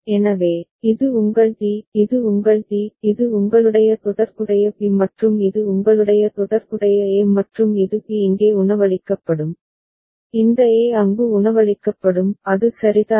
எனவே இது உங்கள் டி இது உங்கள் டி இது உங்களுடைய தொடர்புடைய பி மற்றும் இது உங்களுடைய தொடர்புடைய ஏ மற்றும் இது பி இங்கே உணவளிக்கப்படும் இந்த ஏ அங்கு உணவளிக்கப்படும் அது சரிதானா